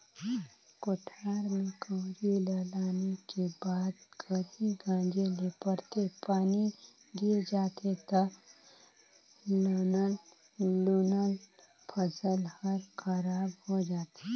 कोठार में कंवरी ल लाने के बाद खरही गांजे ले परथे, पानी गिर जाथे त लानल लुनल फसल हर खराब हो जाथे